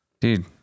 Dude